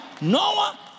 Noah